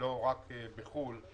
לא רק בחו"ל.